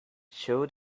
show